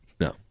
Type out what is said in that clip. No